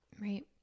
Right